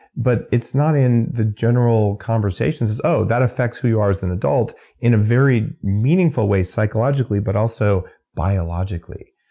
but it's not in the general conversations oh, that affects who you are as an adult in a very meaningful way psychologically, but also biologically.